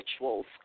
rituals